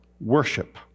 worship